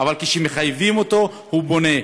אבל כשמחייבים אותו הוא בונה.